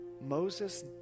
Moses